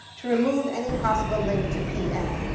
to remove any possible link to pm,